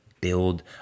build